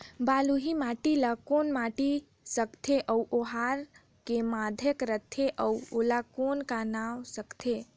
बलुही माटी ला कौन माटी सकथे अउ ओहार के माधेक राथे अउ ओला कौन का नाव सकथे?